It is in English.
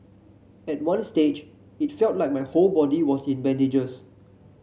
at one stage it felt like my whole body was in bandages